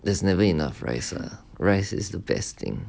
there's never enough rice ah rice is the best thing